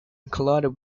collided